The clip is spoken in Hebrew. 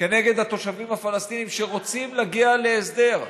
כנגד התושבים הפלסטינים שרוצים להגיע להסדר.